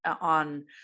on